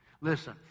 Listen